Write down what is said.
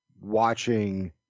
watching